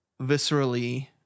viscerally